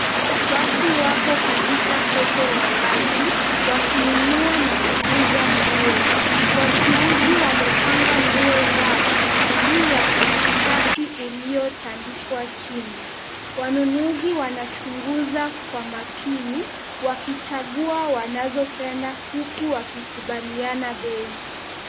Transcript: Watu wako katika soko la wazi, wakinunua na kuuza nguo. Wachuuzi wamepanga nguo zao juu ya karatasi uliotandikwa chini. Wanunuzi wanachunguza kwa makini, wakichagua wanazopenda huku wakikubaliana bei.